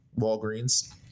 walgreens